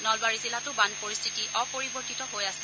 নলবাৰী জিলাতো বান পৰিস্থিতি অপৰিৱৰ্তিত হৈ আছে